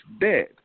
dead